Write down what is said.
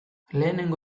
lehenengo